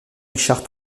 richard